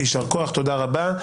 יישר כוח, תודה רבה.